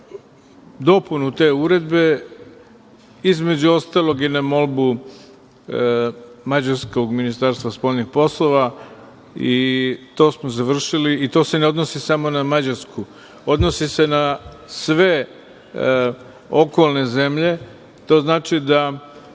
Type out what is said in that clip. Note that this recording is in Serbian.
dopunu te uredbe, između ostalog i na molbu mađarskog Ministarstva spoljnih poslova i to smo završili. To se ne odnosi samo na Mađarsku, odnosi se i na sve okolne zemlje. To znači da,